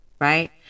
right